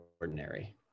ordinary